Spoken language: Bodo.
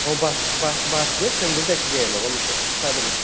औ बास बासबो ट्रेनबो जायखि जाया माबा मोनसे